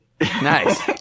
Nice